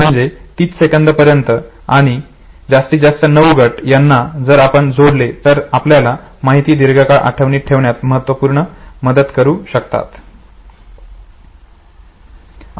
म्हणजे 30 सेकंद पर्यंत आणि जास्तीत जास्त 9 गट यांना जर आपण जोडले तर ते आपल्याला माहिती दीर्घकाळ आठवणीत ठेवण्यात महत्त्वपूर्ण मदत करू शकतात